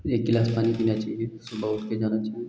एक गिलास पानी पीना चाहिए सुबह उठकर जाना चाहिए